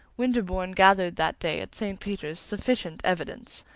winterbourne gathered that day at st. peter's sufficient evidence.